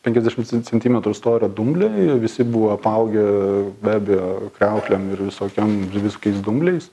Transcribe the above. penkiasdešimt centimetrų storio dumble visi buvo apaugę be abejo kriauklėm ir visokiom visokiais dumbliais